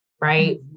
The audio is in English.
Right